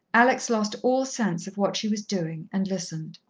alex lost all sense of what she was doing, and listened.